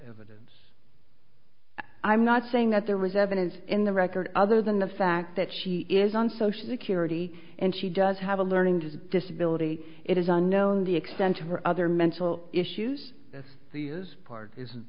evidence i'm not saying that there was evidence in the record other than the fact that she is on social security and she does have a learning to disability it is unknown the extent of her other mental issues the is part is